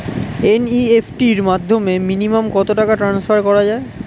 NEFT র মাধ্যমে minimum কত টাকা টান্সফার করা যায়?